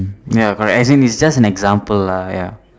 ya correct as in its just an example lah ya